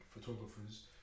photographers